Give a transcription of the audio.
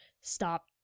Stop